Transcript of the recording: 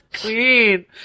Queen